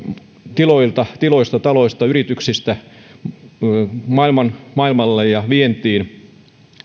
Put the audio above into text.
tiloilta tiloilta taloista yrityksistä maailmalle ja vientiin